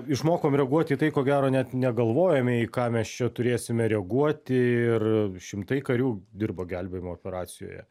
išmokom reaguot į tai ko gero net negalvojome į ką mes čia turėsime reaguoti ir šimtai karių dirba gelbėjimo operacijoje